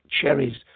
cherries